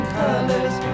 colors